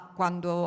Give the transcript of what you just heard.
quando